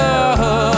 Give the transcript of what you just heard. love